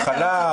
הכלה וכולי.